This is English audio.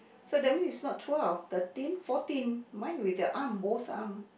so that means it's not twelve thirteen fourteen mine with the arm both arm